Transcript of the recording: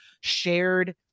shared